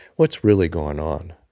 what's really going on?